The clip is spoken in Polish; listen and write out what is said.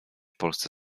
polsce